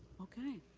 okay.